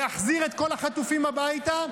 להחזיר את כל החטופים הביתה,